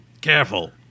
Careful